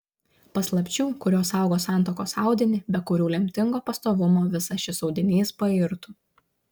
paslapčių kurios saugo santuokos audinį be kurių lemtingo pastovumo visas šis audinys pairtų